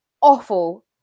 awful